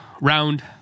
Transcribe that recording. round